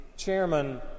chairman